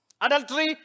Adultery